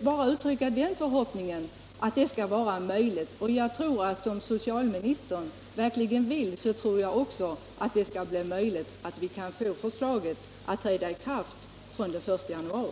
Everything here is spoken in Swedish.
bara uttrycka den förhoppningen att detta fortfarande skall vara möjligt, och jag tror att om socialministern verkligen vill så är det också möjligt att få förslaget att träda i kraft den 1 januari.